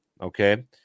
okay